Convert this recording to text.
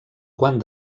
quant